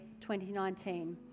2019